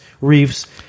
reefs